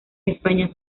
españa